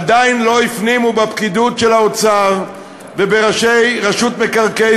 עדיין לא הפנימו בפקידות של האוצר וברשות מקרקעי